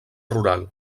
rural